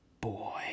boy